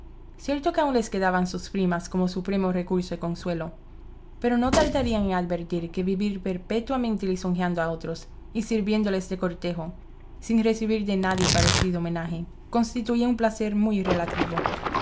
cierto que aun les quedaban sus primas como supremo recurso de consuelo pero no tardarían en advertir que vivir perpetuamente lisonjeando a otros y sirviéndoles de cortejo sin recibir de nadie parecido homenaje constituía un placer muy relativo